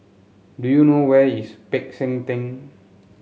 do you know where is Peck San Theng